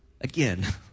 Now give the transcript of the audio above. again